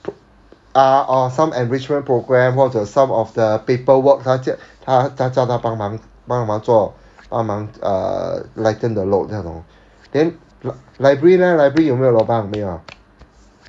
ah or some enrichment program 或者 some of the paperwork 他叫他他叫他帮忙帮忙做帮忙 uh lighten the load 那种 then library leh library 有没有 lobang 没有 ah